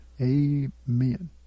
Amen